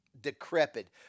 decrepit